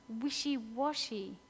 wishy-washy